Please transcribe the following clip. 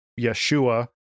Yeshua